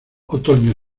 otoño